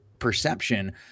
perception